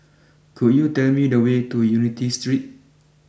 could you tell me the way to Unity Street